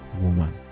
woman